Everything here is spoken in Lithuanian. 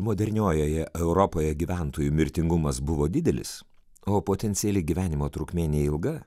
moderniojoje europoje gyventojų mirtingumas buvo didelis o potenciali gyvenimo trukmė neilga